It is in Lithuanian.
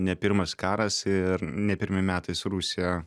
ne pirmas karas ir ne pirmi metai su rusija